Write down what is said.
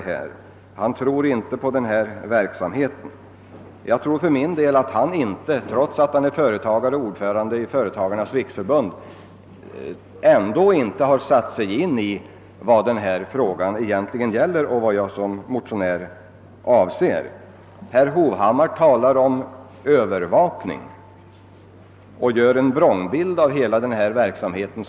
Han tror inte på den här verksamheten. För min del undrar jag om han — trots att han är företagare och ordförande i Svenska företagarnas riksförbund — verkligen har satt sig in i vad frågan gäller och vad jag som motionär avser. Herr Hovhammar talade om övervakning och målade en vrångbild av hela verksamheten.